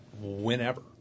whenever